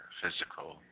physical